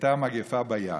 הייתה מגפה ביער,